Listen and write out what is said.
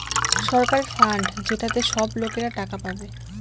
সরকারের ফান্ড যেটাতে সব লোকরা টাকা পাবে